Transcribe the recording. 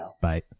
Bye